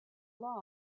law